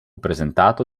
presentato